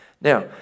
Now